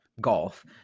golf